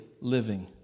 living